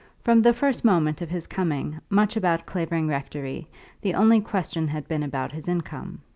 from the first moment of his coming much about clavering rectory the only question had been about his income.